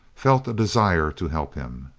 felt a desire to help him.